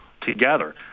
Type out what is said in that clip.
together